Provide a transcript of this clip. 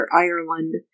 Ireland